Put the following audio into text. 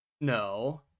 No